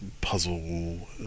puzzle